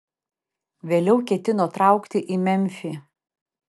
vėliau ketino traukti į memfį